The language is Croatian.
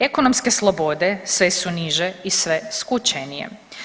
Ekonomske slobode sve su niže i sve skučenije.